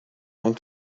want